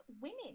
women